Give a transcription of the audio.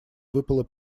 выпала